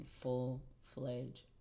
full-fledged